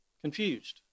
confused